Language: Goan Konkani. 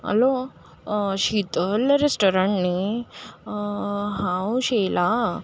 हलो शितल रेस्टुरंट न्ही हांव शैला